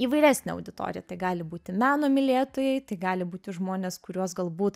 įvairesnė auditorija tai gali būti meno mylėtojai tai gali būti žmonės kuriuos galbūt